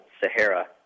Sahara